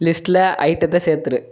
லிஸ்ட்டில் ஐட்டத்தை சேர்த்துரு